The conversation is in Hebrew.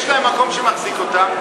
יש להם מקום שמחזיק אותם,